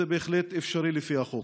זה בהחלט אפשרי לפי החוק.